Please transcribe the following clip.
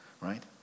right